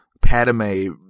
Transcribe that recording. Padme